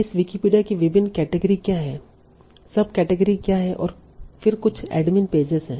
इस विकिपीडिया की विभिन्न केटेगरी क्या हैं सबकेटेगरी क्या हैं और फिर कुछ एडमिन पेजेज हैं